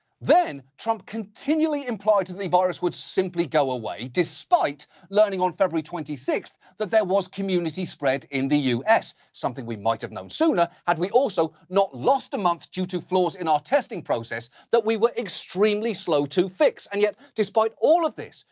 then, trump continually implied the virus would simply go away despite learning on february twenty sixth that there was community spread in the us, something we might have known sooner had we also not lost a month due to flaws in our testing process that we were extremely slow to fix. and yet, despite all of this,